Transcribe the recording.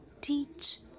teach